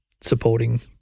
supporting